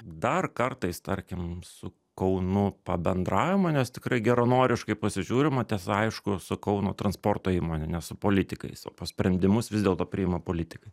dar kartais tarkim su kaunu pabendraujama nes tikrai geranoriškai pasižiūrima tiesa aišku su kauno transporto įmone ne su politikais o po sprendimus vis dėlto priima politikai